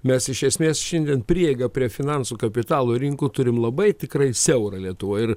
mes iš esmės šiandien prieigą prie finansų kapitalo rinkų turime labai tikrai siaurą lietuvoj ir